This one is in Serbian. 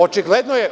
Očigledno je…